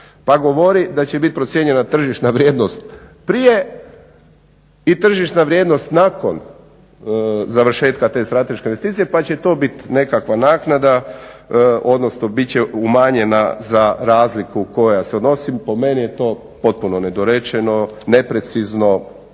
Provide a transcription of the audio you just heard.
Pa govori da će biti procijenjena tržišna vrijednost prije i tržišna vrijednost nakon završetka te strateške investicije pa će to biti nekakva naknada odnosno bit će umanjena za razliku koja se odnosi. Po meni je to potpuno nedorečeno, neprecizno